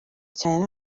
cyane